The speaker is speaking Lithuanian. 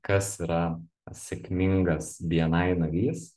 kas yra sėkmingas bni narys